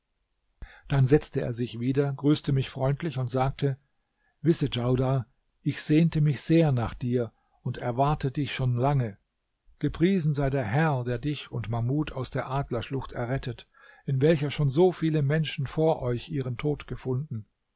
dann setzte er sich wieder grüßte mich freundlich und sagte wisse djaudar ich sehnte mich sehr nach dir und erwarte dich schon lange gepriesen sei der herr der dich und mahmud aus der adlerschlucht errettet in welcher schon so viele menschen vor euch ihren tod gefunden